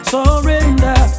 Surrender